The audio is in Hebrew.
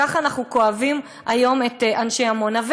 כך אנחנו כואבים היום על אנשי עמונה.